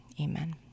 Amen